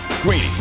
Greeny